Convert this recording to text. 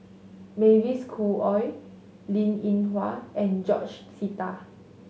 Mavis Khoo Oei Linn In Hua and George Sita